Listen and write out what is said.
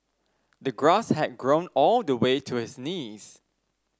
the grass had grown all the way to his knees